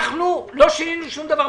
אנחנו לא שינינו שום דבר.